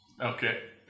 Okay